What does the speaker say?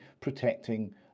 protecting